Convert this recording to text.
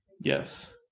Yes